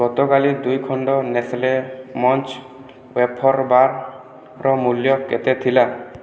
ଗତକାଲି ଦୁଇଖଣ୍ଡ Nestle munch wafer ବାର୍ର ମୂଲ୍ୟ କେତେ ଥିଲା